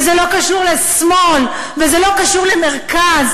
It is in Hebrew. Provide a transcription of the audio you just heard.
וזה לא קשור לשמאל וזה לא קשור למרכז.